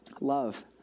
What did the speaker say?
Love